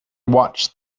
watched